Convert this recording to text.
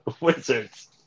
Wizards